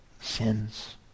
sins